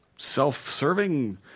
self-serving